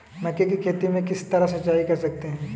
मक्के की खेती में किस तरह सिंचाई कर सकते हैं?